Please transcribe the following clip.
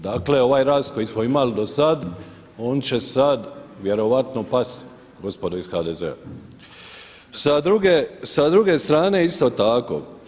Dakle ovaj rast koji smo imali do sada on će sada vjerojatno pasti, gospodo iz HDZ-a sa druge strane isto tako.